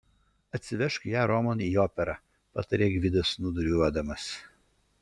atsivežk ją romon į operą patarė gvidas snūduriuodamas